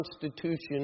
Constitution